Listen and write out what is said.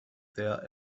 there